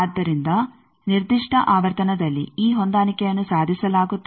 ಆದ್ದರಿಂದ ನಿರ್ದಿಷ್ಟ ಆವರ್ತನದಲ್ಲಿ ಈ ಹೊಂದಾಣಿಕೆಯನ್ನು ಸಾಧಿಸಲಾಗುತ್ತದೆ